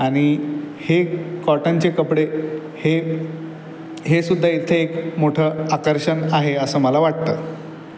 आणि हे कॉटनचे कपडे हे हेसुद्धा इथे एक मोठं आकर्षणन आहे असं मला वाटतं